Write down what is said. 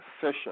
session